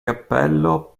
cappello